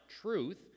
truth